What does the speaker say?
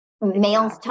males